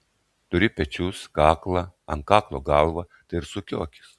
turi pečius kaklą ant kaklo galvą tai ir sukiokis